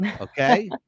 Okay